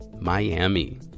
miami